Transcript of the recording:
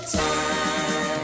time